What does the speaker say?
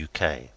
uk